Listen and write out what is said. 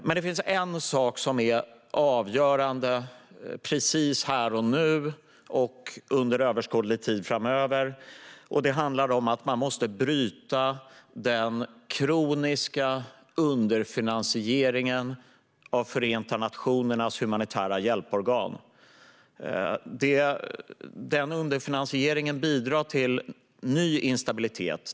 Det finns dock en sak som är avgörande precis här och nu och under överskådlig tid framöver: Man måste bryta den kroniska underfinansieringen av Förenta nationernas humanitära hjälporgan. Underfinansieringen bidrar till ny instabilitet.